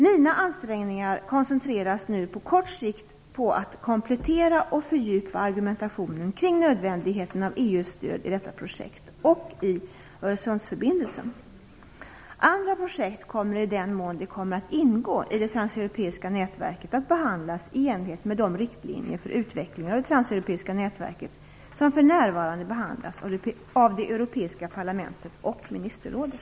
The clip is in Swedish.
Mina ansträngningar koncentreras nu på kort sikt på att komplettera och fördjupa argumentationen kring nödvändigheten av EU:s stöd i detta projekt och i Öresundsförbindelsen. Andra projekt kommer, i den mån de kommer att ingå i det transeuropeiska nätverket, att behandlas i enlighet med de riktlinjer för utvecklingen av det transeuropeiska nätverket som för närvarande behandlas av det europeiska parlamentet och ministerrådet.